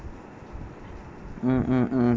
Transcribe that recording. mm mm mm